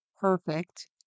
perfect